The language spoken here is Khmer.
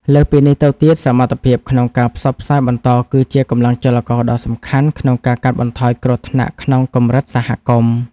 លើសពីនេះទៅទៀត សមត្ថភាពក្នុងការផ្សព្វផ្សាយបន្ត គឺជាកម្លាំងចលករដ៏សំខាន់ក្នុងការកាត់បន្ថយគ្រោះថ្នាក់ក្នុងកម្រិតសហគមន៍។